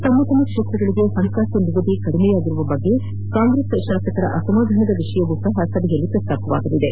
ತಮ್ಮ ತಮ್ಮ ಕ್ಷೇತ್ರಗಳಿಗೆ ಹಣಕಾಸು ನಿಗದಿಯಲ್ಲಿ ಕಡಿಮೆಯಾಗಿರುವ ಬಗ್ಗೆ ಕಾಂಗ್ರೆಸ್ ಶಾಸಕರ ಅಸಮಾಧಾನದ ವಿಷಯವೂ ಸಹ ಸಭೆಯಲ್ಲಿ ಪ್ರಸ್ತಾಪವಾಗಲಿದೆ